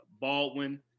Baldwin